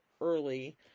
early